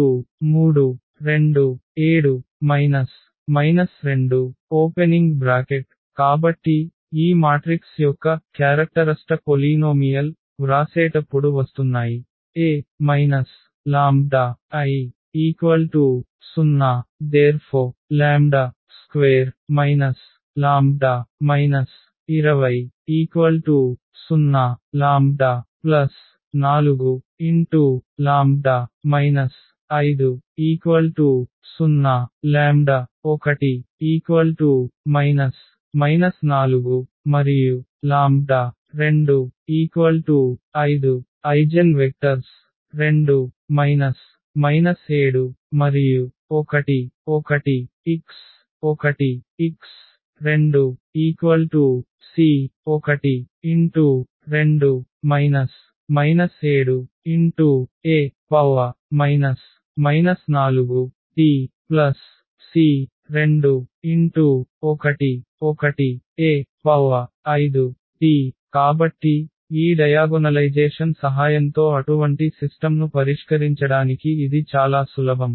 A 3 2 7 2 కాబట్టి ఈ matrix యొక్క లక్షణ బహుపది వ్రాసేటప్పుడు వస్తున్నాయి A λI 0⟹2 λ 200 ⟹λ4λ 50 ⟹1 4λ25 eigenvectors 2 7 1 1 x1 x2 C12 7 e 4tC21 1 e5t కాబట్టి ఈ డయాగొనలైజేషన్ సహాయంతో అటువంటి సిస్టమ్ను పరిష్కరించడానికి ఇది చాలా సులభం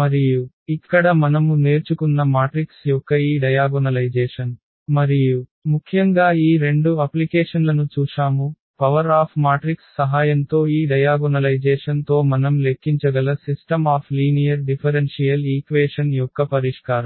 మరియు ఇక్కడ మనము నేర్చుకున్న మాట్రిక్స్ యొక్క ఈ డయాగొనలైజేషన్ మరియు ముఖ్యంగా ఈ రెండు అప్లికేషన్లను చూశాము పవర్ ఆఫ్ మాట్రిక్స్ సహాయంతో ఈ డయాగొనలైజేషన్ తో మనం లెక్కించగల system of linear differential equation యొక్క పరిష్కారం